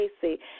Casey